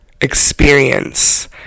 experience